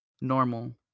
normal